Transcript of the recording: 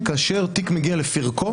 כאשר תיק מגיע לפרקו,